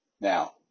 Now